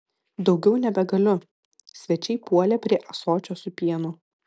daugiau nebegaliu svečiai puolė prie ąsočio su pienu